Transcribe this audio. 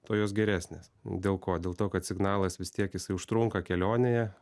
tuo jos geresnės dėl ko dėl to kad signalas vis tiek jisai užtrunka kelionėje